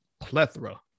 plethora